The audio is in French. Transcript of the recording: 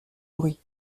bruit